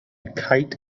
kite